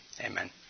amen